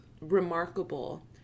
remarkable